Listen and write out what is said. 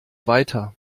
weiter